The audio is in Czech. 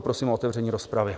Prosím o otevření rozpravy.